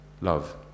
Love